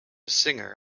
singer